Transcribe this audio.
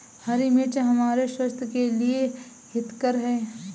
हरी मिर्च हमारे स्वास्थ्य के लिए हितकर हैं